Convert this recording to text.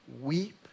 weep